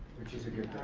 which is a good thing,